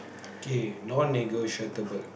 K no negotiable